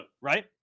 right